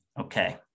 Okay